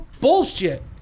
bullshit